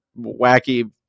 wacky